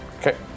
Okay